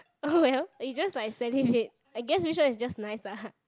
oh well it's just like salivate I guess which one is just nice ah